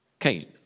Okay